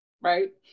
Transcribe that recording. right